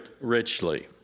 richly